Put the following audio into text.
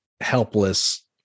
helpless